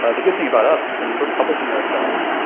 ah the good thing about us since we're publishing ourselves,